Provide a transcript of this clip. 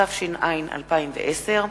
התש"ע 2010,